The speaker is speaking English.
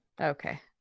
okay